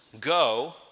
go